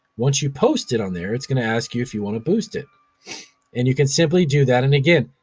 once you post it on there it's gonna ask you if you wanna boost it and you can simply do that. and again,